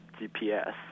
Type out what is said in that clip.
GPS